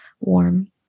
warm